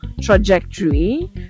trajectory